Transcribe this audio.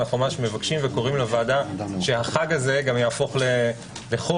אנו ממש מבקשים וקוראים לוועדה שהחג הזה יהפוך לחול,